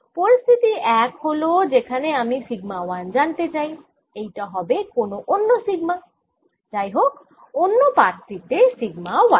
পরিস্থিতি এক হল যেখানে আমি সিগমা 1 জানতে চাই এইটা হবে কোনও অন্য সিগমা যাই হোক অন্য পাত টি তে সিগমা 1